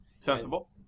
Sensible